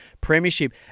premiership